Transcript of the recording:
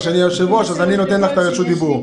שאני היושב-ראש ואני נותן לך את רשות הדיבור.